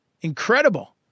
Incredible